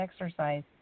exercise